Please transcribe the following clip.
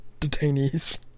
detainees